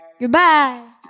Goodbye